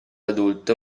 adulto